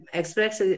express